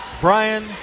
Brian